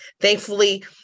Thankfully